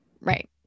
Right